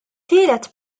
tielet